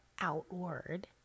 outward